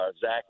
Zach